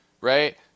right